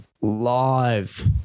live